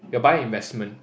you're buying investment